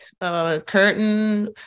curtain